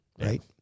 right